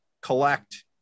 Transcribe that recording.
collect